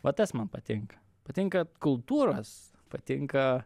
vat tas man patinka patinka kultūros patinka